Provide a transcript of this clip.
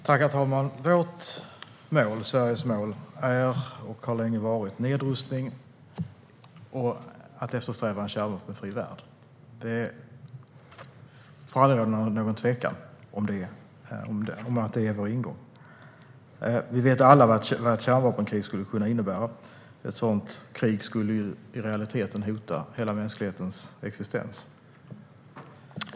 Herr talman! Sveriges mål är och har länge varit nedrustning och att eftersträva en kärnvapenfri värld. Det får aldrig råda någon tvekan om att det är vår ingång. Vi vet alla vad ett kärnvapenkrig skulle kunna innebära. Ett sådant krig skulle i realiteten hota hela mänsklighetens existens.